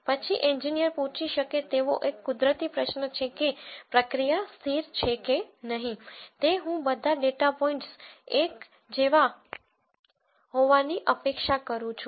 પછી એન્જિનિયર પૂછી શકે તેવો એક કુદરતી પ્રશ્ન છે કે પ્રક્રિયા સ્થિર છે કે નહીં તે હું બધા ડેટા પોઇન્ટ્સ એકજેવા હોવાની અપેક્ષા કરું છું